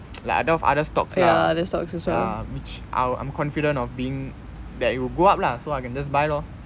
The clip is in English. like have other stocks lah ya which I I'm confident of being that you will go up lah so I can just buy lor